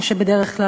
מה שבדרך כלל,